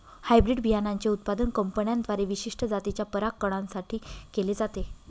hybrid बियाणांचे उत्पादन कंपन्यांद्वारे विशिष्ट जातीच्या परागकणां साठी केले जाते